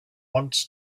want